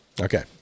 Okay